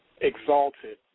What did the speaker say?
exalted